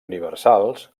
universals